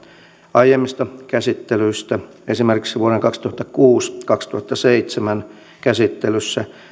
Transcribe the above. aiemmista käsittelyistä esimerkiksi vuoden kaksituhattakuusi viiva kaksituhattaseitsemän käsittelyssä